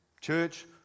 church